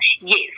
Yes